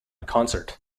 concert